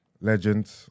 legend